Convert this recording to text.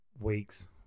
weeks